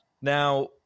now